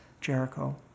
Jericho